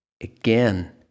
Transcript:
Again